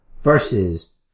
versus